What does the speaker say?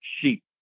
sheep